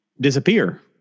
Disappear